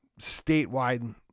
statewide